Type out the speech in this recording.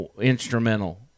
instrumental